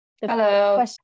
Hello